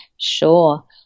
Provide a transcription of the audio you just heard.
Sure